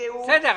שנפגעו --- בסדר,